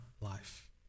life